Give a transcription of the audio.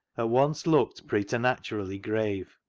at once looked preternaturally grave,